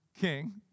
king